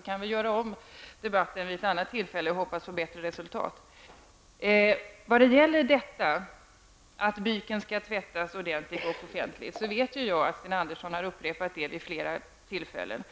kan ha den debatten vid ett annat tillfälle och hoppas på ett bättre resultat. Uttalandet om att byken skall tvättas ordentligt och offentligt vet jag att Sten Andersson har upprepat vid flera tillfällen.